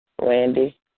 Randy